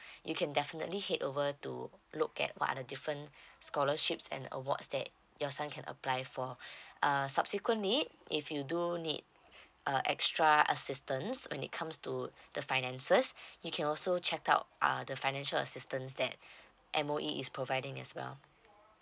you can definitely head over to look at what are the different scholarships and awards that your son can apply for uh subsequent need if you do need uh extra assistance when it comes to the finances you can also check out uh the financial assistance that M_O_E is providing as well